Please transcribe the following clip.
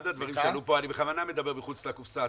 אני בכוונה מדבר מחוץ לקופסה,